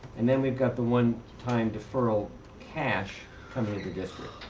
and then we've got the one time deferral cash coming to the district.